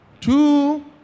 Two